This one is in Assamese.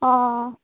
অঁ